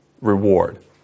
reward